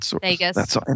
Vegas